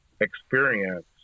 experience